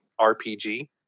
rpg